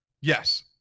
Yes